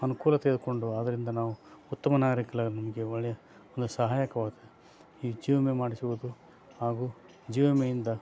ಅನುಕೂಲ ತಿಳ್ಕೊಂಡು ಅದರಿಂದ ನಾವು ಉತ್ತಮ ನಾಗರಿಕ ನಮಗೆ ಒಳ್ಳೆಯ ಒಂದು ಸಹಾಯಕವಾದ ಈ ಜೀವ ವಿಮೆ ಮಾಡಿಸುವುದು ಹಾಗೂ ಜೀವ ವಿಮೆಯಿಂದ